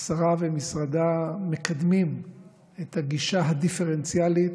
השרה ומשרדה מקדמים את הגישה הדיפרנציאלית,